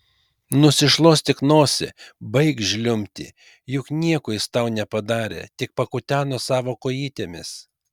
nusišluostyk nosį baik žliumbti juk nieko jis tau nepadarė tik pakuteno savo kojytėmis